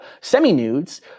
semi-nudes